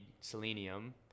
selenium